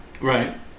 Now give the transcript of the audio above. Right